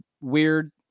weird